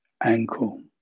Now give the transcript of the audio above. ankle